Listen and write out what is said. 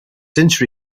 since